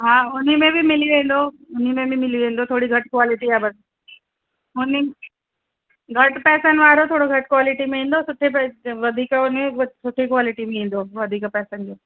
हा उने में बि मिली वेंदो उने में बि मिली वेंदो थोरी घटि क्वालिटी आहे बसि हुन घटि पैसनि वारो वारो थोड़ी घटि क्वालिटी में ईंदो सुठे पैसे वधीक सुठी क्वालिटी में ईंदो वधीक पैसनि जो